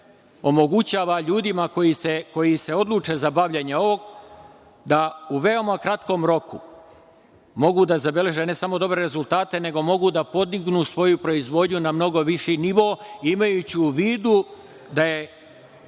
omogućava ljudima, koji se odluče za bavljenje ovog, da u veoma kratkom roku mogu da zabeleže ne samo dobre rezultate, nego mogu da podignu svoju proizvodnju na mnogo viši nivo, imajući u vidu da se